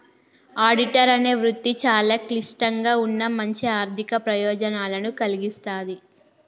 auditor అనే వృత్తి చాలా క్లిష్టంగా ఉన్నా మంచి ఆర్ధిక ప్రయోజనాలను కల్గిస్తాది